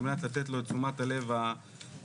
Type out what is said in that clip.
על מנת לתת לו את תשומת הלב הנכונה.